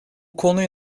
konuyu